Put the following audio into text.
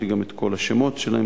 ויש לי כאן גם את כל השמות שלהם.